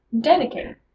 Dedicate